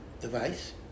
device